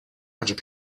hundred